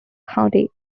county